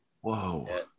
Whoa